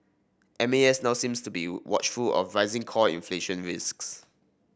M A S now seems to be watchful of rising core inflation risks